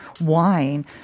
wine